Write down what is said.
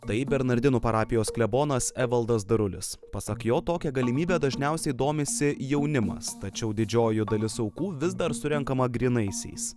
tai bernardinų parapijos klebonas evaldas darulis pasak jo tokia galimybe dažniausiai domisi jaunimas tačiau didžioji dalis aukų vis dar surenkama grynaisiais